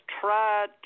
tried